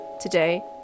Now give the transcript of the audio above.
Today